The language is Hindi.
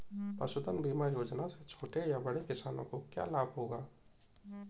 पशुधन बीमा योजना से छोटे या बड़े किसानों को क्या लाभ होगा?